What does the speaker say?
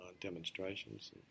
demonstrations